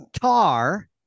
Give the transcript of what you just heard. tar